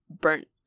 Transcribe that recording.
burnt